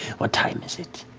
what time is it?